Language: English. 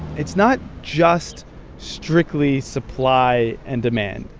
it's not just strictly supply and demand.